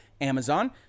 Amazon